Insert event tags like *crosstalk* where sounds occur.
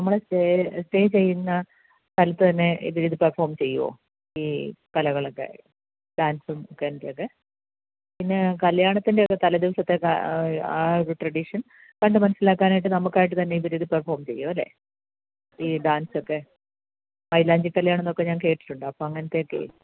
നമ്മൾ stay stay ചെയ്യുന്ന സ്ഥലത്ത് തന്നെ ഇവർ ഇത് പെർഫോം ചെയ്യുമോ ഈ കലകളൊക്കെ ഡാൻസും ഒക്കെ *unintelligible* പിന്നെ കല്യാണത്തിൻ്റെയൊക്കെ തലേ ദിവസത്തെ ആ ഒരു ട്രഡീഷൻ കണ്ടു മനസ്സിലാക്കാനായിട്ട് നമുക്കായിട്ട് തന്നെ ഇവർ ഇത് പെർഫോം ചെയ്യുമോ അല്ലേ ഈ ഡാൻസൊക്കെ മൈലാഞ്ചി കല്യാണം എന്നൊക്കെ ഞാൻ കേട്ടിട്ടുണ്ട് അപ്പം അങ്ങനത്തെയൊക്കെ